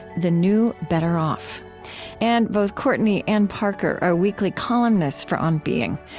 the new better off and both courtney and parker are weekly columnists for on being.